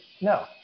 no